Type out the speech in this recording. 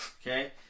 Okay